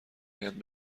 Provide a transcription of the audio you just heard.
هند